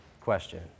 question